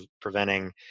preventing